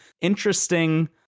interesting